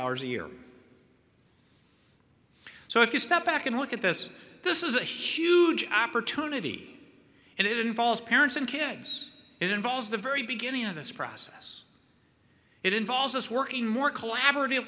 dollars a year so if you step back and look at this this is a huge opportunity and it involves parents and kids it involves the very beginning of this process it involves us working more collaborative